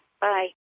bye